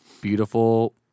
Beautiful